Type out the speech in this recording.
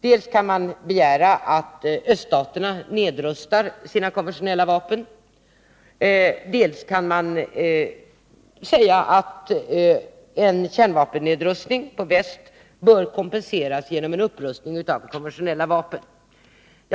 Dels kan man begära att öststaterna nedrustar sina konventionella vapen, dels kan man säga att en nedrustning i väst av kärnvapen bör kompenseras med en upprustning av konventionella vapen.